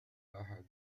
أحد